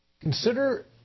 Consider